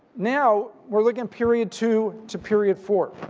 now we're looking period two to period four.